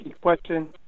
question